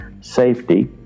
safety